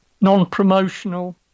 Non-promotional